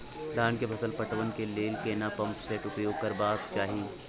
धान के फसल पटवन के लेल केना पंप सेट उपयोग करबाक चाही?